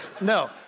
No